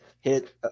hit